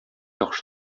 яхшы